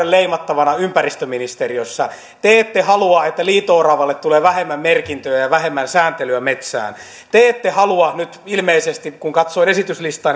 leimattavina ympäristöministeriössä te ette halua että liito oravasta tulee vähemmän merkintöjä ja vähemmän sääntelyä metsään te ette nyt ilmeisesti halua kun katsoin esityslistaa